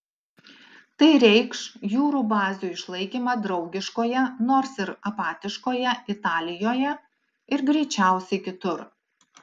tai reikš jūrų bazių išlaikymą draugiškoje nors ir apatiškoje italijoje ir greičiausiai kitur